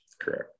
Correct